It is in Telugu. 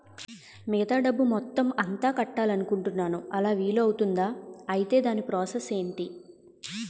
మిగతా డబ్బు మొత్తం ఎంత కట్టాలి అనుకుంటున్నాను అలా వీలు అవ్తుంధా? ఐటీ దాని ప్రాసెస్ ఎంటి?